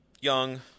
Young